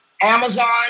Amazon